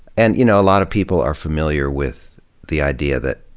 and you know, a lot of people are familiar with the idea that,